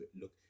look